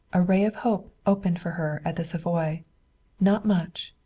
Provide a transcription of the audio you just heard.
a ray of hope opened for her at the savoy not much,